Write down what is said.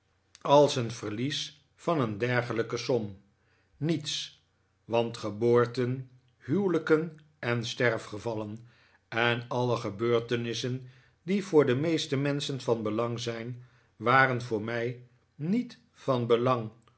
als het verlies van een dergelijke som niets want geboorten huwelijken en sterfgevallen en alle gebeurtenissen die voor de meeste menschen van belang zijn waren voor mij niet van belang